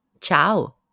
Ciao